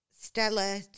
Stella